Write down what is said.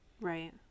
Right